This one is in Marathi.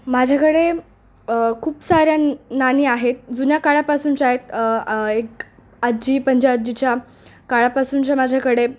माझ्याकडे खूप सारी नाणी आहेत जुन्या काळापासूनच्या आहेत एक आज्जी पंजीआज्जीच्या काळापासूनच्या माझ्याकडे